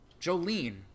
Jolene